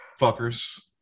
Fuckers